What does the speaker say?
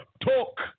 talk